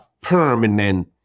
permanent